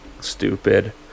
stupid